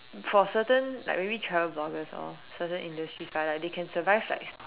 for certain like maybe travel bloggers or certain industries right like they can survive like